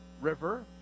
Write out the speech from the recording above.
River